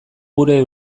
gure